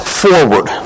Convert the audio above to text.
forward